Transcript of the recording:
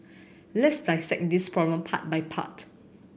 let's dissect this problem part by part